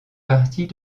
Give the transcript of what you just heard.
partie